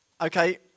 Okay